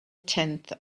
tenth